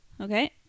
Okay